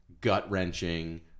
gut-wrenching